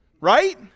Right